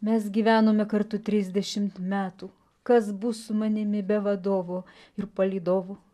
mes gyvenome kartu trisdešimt metų kas bus su manimi be vadovo ir palydovų